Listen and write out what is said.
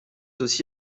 aussi